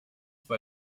bei